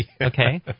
okay